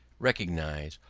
recognise,